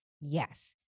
Yes